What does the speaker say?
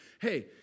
hey